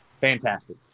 fantastic